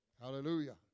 Hallelujah